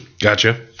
Gotcha